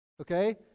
Okay